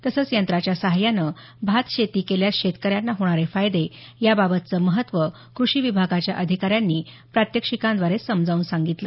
तसंच यंत्राच्या सहाय्यानं भात शेती केल्यास शेतकऱ्यांना होणारे फायदे याबाबतचं महत्व कृषी विभागाच्या अधिकाऱ्यांनी प्रात्यक्षिकांद्वारे समजावून सांगितलं